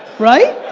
right?